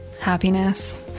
Happiness